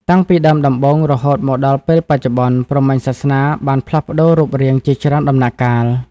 តាំងពីដើមដំបូង រហូតមកដល់ពេលបច្ចុប្បន្ន ព្រហ្មញ្ញសាសនាបានផ្លាស់ប្ដូររូបរាងជាច្រើនដំណាក់កាល។